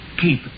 Keep